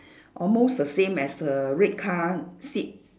almost the same as the red car seat